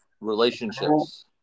Relationships